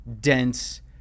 dense